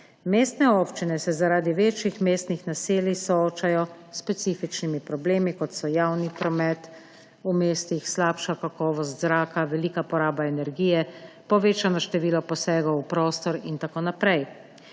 Mestne občine se zaradi večjih mestnih naselij soočajo s specifičnimi problemi, kot so javni promet, v mestih slabša kakovost zraka, velika poraba energije, povečano število posegov v prostor in tako naprej.